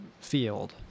field